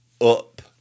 up